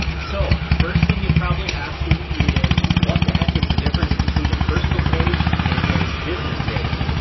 so first thing you're probably asking is, what the heck is the difference between a personal page and a business page?